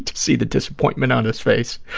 see the disappointment on his face.